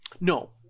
no